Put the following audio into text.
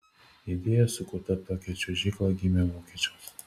idėja sukurti tokią čiuožyklą gimė vokiečiams